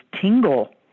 tingle